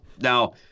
now